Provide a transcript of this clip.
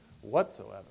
whatsoever